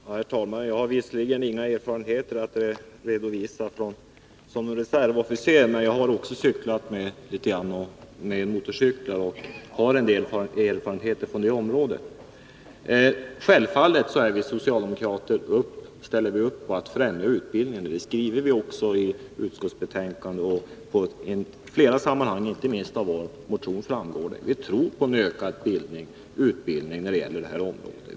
Herr talman! Jag har visserligen inga erfarenheter som reservofficer att redovisa, men jag har kört litet med motorcyklar och har erfarenheter från det området. Självfallet ställer vi socialdemokrater upp för att främja utbildningen. Det skriver vi också i utskottsbetänkandet, och det framgår i flera sammanhang, inte minst av vår motion. Vi tror på ökad utbildning på detta område.